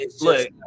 look